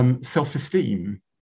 Self-esteem